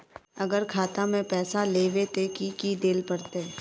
अगर खाता में पैसा लेबे ते की की देल पड़ते?